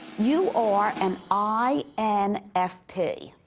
you are an i n f p.